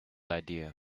idea